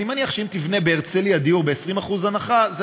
אני מניח שאם תבנה בהרצליה דיור ב-20% הנחה זה